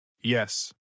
Yes